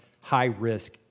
high-risk